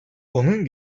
onun